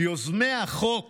"יוזמי החוק